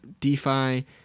DeFi